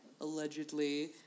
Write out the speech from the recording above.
allegedly